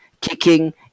kicking